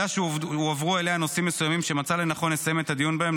ועדה שהועברו אליה נושאים מסוימים ומצאה לנכון לסיים את הדיון בהם,